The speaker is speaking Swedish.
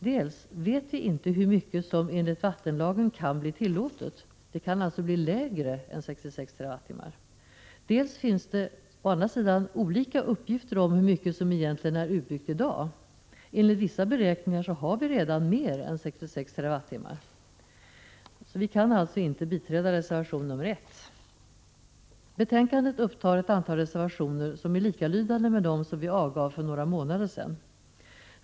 Dels vet vi inte hur mycket som enligt vattenlagen kan bli tillåtet — det kan bli lägre än 66 TWh — dels finns det olika uppgifter om hur mycket som egentligen är utbyggt i dag. Enligt vissa beräkningar har vi redan mer än 66 TWh. Vi kan alltså inte biträda reservation 1. Betänkandet upptar ett antal reservationer som är likalydande med dem som vi avgav för några månader sedan.